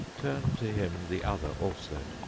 turn to him the other also.